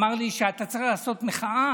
אמר לי: אתה צריך לעשות מחאה.